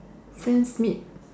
since meet